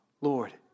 Lord